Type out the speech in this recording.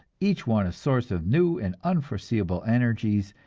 each one a source of new and unforeseeable energies,